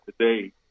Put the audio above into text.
today